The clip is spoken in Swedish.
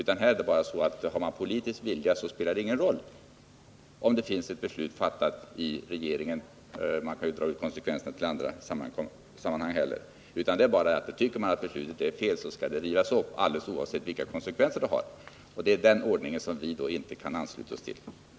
Han menar att om man bara har politisk vilja så spelar det ingen roll om det finns ett beslut fattat av regeringen. Man kan dra de konsekvenserna även i andra sammanhang — tycker man att beslutet är fel skall det rivas upp, oavsett vilka konsekvenser det har. Det är den ordningen som vi inte kan ansluta oss till.